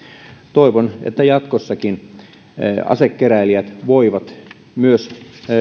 toivon että jatkossakin asekeräilijät voivat myös